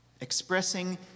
Expressing